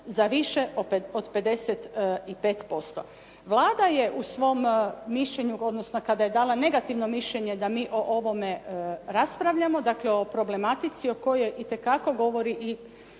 za više od 55%. Vlada je u svom mišljenju, odnosno kada je dala negativno mišljenje da mi o ovome raspravljamo, dakle o problematici o kojoj itekako govori